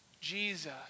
Jesus